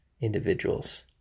individuals